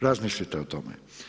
Razmislite o tome.